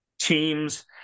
teams